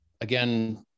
again